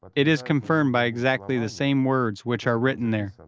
it is confirmed by exactly the same words which are written there,